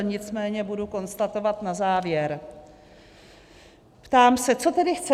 Nicméně budu konstatovat na závěr ptám se, co tedy chceme.